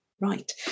right